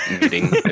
meeting